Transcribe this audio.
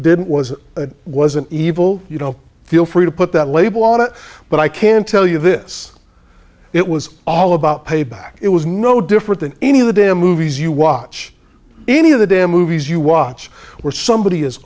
didn't was it wasn't evil you know feel free to put that label on it but i can tell you this it was all about payback it was no different than any of the damn movies you watch any of the damn movie as you watch where somebody is